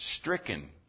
stricken